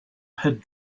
had